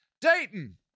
Dayton